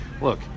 look